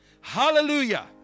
Hallelujah